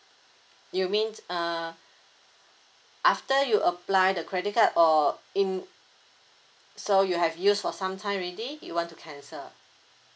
you mean uh after you apply the credit card or in so you have use for some time already you want to cancel